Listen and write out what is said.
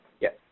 Yes